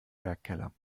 werkkeller